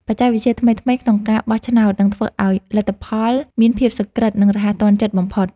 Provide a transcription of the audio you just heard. បច្ចេកវិទ្យាថ្មីៗក្នុងការបោះឆ្នោតនឹងធ្វើឱ្យលទ្ធផលមានភាពសុក្រឹត និង រហ័សទាន់ចិត្តបំផុត។